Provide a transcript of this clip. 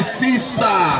sister